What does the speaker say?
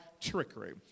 trickery